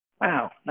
Wow